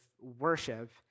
worship